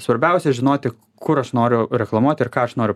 svarbiausia žinoti kur aš noriu reklamuoti ir ką aš noriu